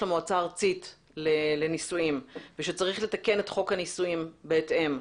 המועצה הארצית לניסויים ושצריך לתקן את חוק הניסויים בהתאם.